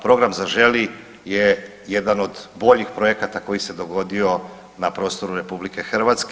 Program „Zaželi“ je jedan od boljih projekata koji se dogodio na prostoru RH.